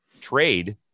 trade